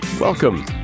welcome